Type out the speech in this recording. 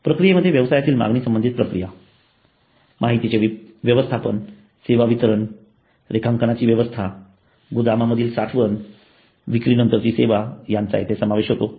प्रक्रियेमध्ये व्यवसायातील मागणी संबंधित प्रक्रिया माहितीचे व्यवस्थापन सेवा वितरण रेखांकनाची व्यवस्था गोदामा मधील साठवण आणि विक्रीनंतरची सेवा यांचा समावेश होतो